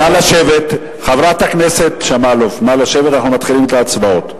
נא לשבת, אנחנו מתחילים את ההצבעות.